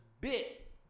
bit